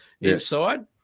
inside